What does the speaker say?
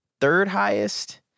Third-highest